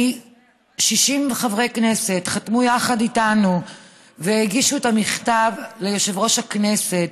60 חברי כנסת יחד איתנו הגישו את המכתב ליושב-ראש הכנסת.